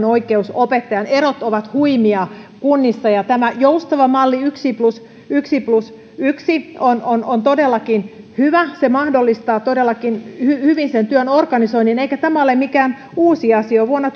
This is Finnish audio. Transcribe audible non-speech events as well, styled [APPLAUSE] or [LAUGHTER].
[UNINTELLIGIBLE] oikeus opettajaan erot ovat huimia kunnissa ja tämä joustava malli yksi plus yksi plus yksi on on todellakin hyvä se mahdollistaa todellakin hyvin sen työn organisoinnin eikä tämä ole mikään uusi asia vuonna [UNINTELLIGIBLE]